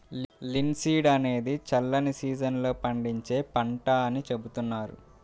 linseed అనేది చల్లని season లో పండించే పంట అని చెబుతున్నారు